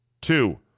Two